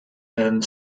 and